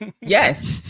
yes